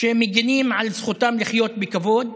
שמגינים על זכותם לחיות בכבוד,